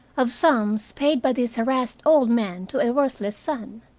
of sums paid by this harassed old man to a worthless son.